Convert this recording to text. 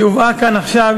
שהובאה כאן עכשיו,